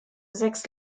sechs